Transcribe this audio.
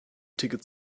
ticket